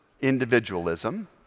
individualism